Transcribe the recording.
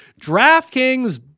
DraftKings